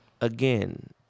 Again